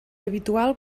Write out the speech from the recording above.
habitual